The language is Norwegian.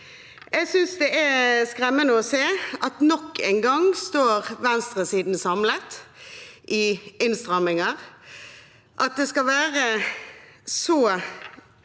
Jeg synes det er skremmende å se at nok en gang står venstresiden samlet i innstramminger. At det at kinoer skal